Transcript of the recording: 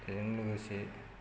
बेजों लोगोसे